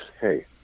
hey